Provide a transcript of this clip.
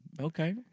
Okay